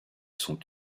sont